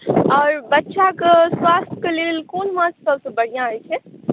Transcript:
आओर बच्चाके स्वास्थ्यके लेल कोन माछ सभसँ बढ़िआँ होइत छै